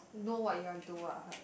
know what you want do ah uh